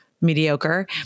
mediocre